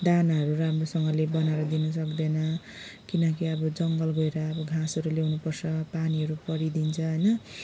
दानाहरू राम्रोसँगले बनाएर दिनु सक्दैन किनकि अब जङ्गल गएर अब घाँसहरू ल्याउनुपर्छ पानीहरू परिदिन्छ होइन